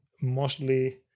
mostly